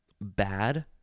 bad